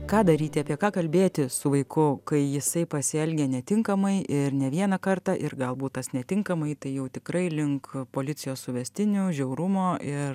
ką daryti apie ką kalbėti su vaiku kai jisai pasielgia netinkamai ir ne vieną kartą ir galbūt tas netinkamai tai jau tikrai link policijos suvestinių žiaurumo ir